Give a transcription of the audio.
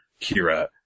Kira